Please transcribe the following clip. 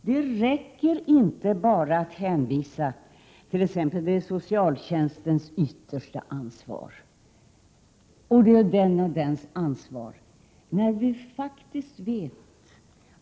Det räcker inte med att hänvisa till att det enligt socialtjänstlagen är kommunerna som bär det yttersta ansvaret.